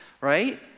Right